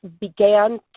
began